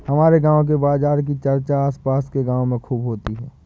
हमारे गांव के बाजार की चर्चा आस पास के गावों में खूब होती हैं